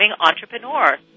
entrepreneur